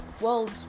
world